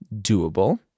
doable